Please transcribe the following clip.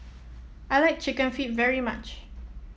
I like chicken feet very much